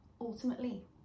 ultimately